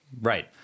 Right